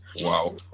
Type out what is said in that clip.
Wow